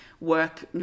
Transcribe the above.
work